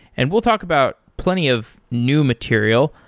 and we'll talk about plenty of new material.